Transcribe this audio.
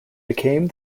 became